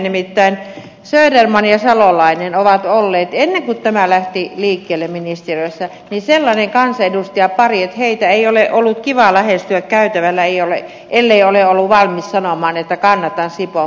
nimittäin söderman ja salolainen ovat olleet ennen kuin tämä lähti liikkeelle ministeriössä sellainen kansanedustajapari että heitä ei ole ollut kiva lähestyä käytävällä ellei ole ollut valmis sanomaan että kannatan sipoon kansallispuistoa